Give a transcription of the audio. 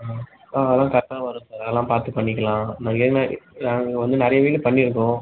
ஆ ஆ அதெலாம் கரெட்டாக வரும் சார் அதெலாம் பார்த்து பண்ணிக்கலாம் நான் ஏன்னால் நாங்கள் நிறையா வீட்டுக்குப் பண்ணிருக்கோம்